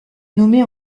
nommée